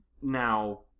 now